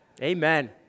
Amen